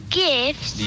gifts